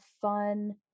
fun